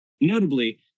Notably